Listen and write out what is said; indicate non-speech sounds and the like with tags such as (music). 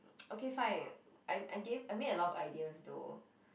(noise) okay fine I I gave I made a lot of ideas though